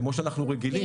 כמו שאנחנו רגילים.